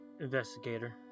Investigator